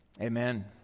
amen